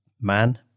man